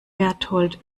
bertold